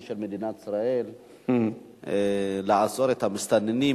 של מדינת ישראל כדי לעצור את המסתננים,